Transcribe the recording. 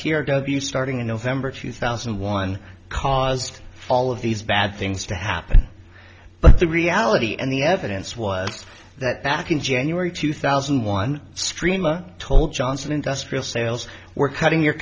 t r w starting in november two thousand and one caused all of these bad things to happen but the reality and the evidence was that back in january two thousand and one streamer told johnson industrial sales were cutting your